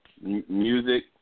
Music